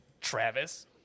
Travis